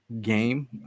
game